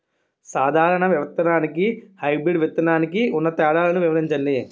సాధారణ విత్తననికి, హైబ్రిడ్ విత్తనానికి ఉన్న తేడాలను వివరించండి?